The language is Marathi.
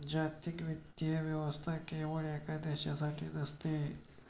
जागतिक वित्तीय व्यवस्था केवळ एका देशासाठी नसते